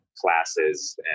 Classes